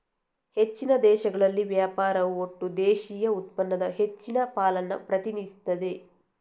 ಹೆಚ್ಚಿನ ದೇಶಗಳಲ್ಲಿ ವ್ಯಾಪಾರವು ಒಟ್ಟು ದೇಶೀಯ ಉತ್ಪನ್ನದ ಹೆಚ್ಚಿನ ಪಾಲನ್ನ ಪ್ರತಿನಿಧಿಸ್ತದೆ